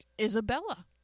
Isabella